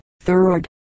third